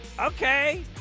Okay